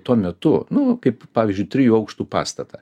tuo metu nu kaip pavyzdžiui trijų aukštų pastatą